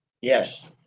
Yes